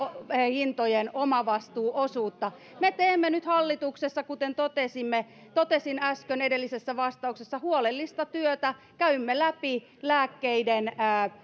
hintojen omavastuuosuutta me teemme nyt hallituksessa kuten totesin äsken edellisessä vastauksessani huolellista työtä käymme läpi lääkkeiden